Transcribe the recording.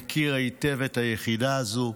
אני מכיר היטב את היחידה הזאת,